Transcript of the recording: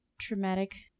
traumatic